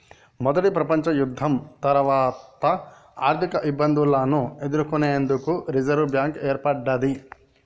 మొదటి ప్రపంచయుద్ధం తర్వాత ఆర్థికఇబ్బందులను ఎదుర్కొనేందుకు రిజర్వ్ బ్యాంక్ ఏర్పడ్డది